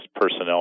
personnel